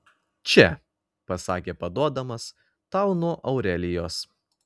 čia pasakė paduodamas tau nuo aurelijos